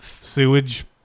Sewage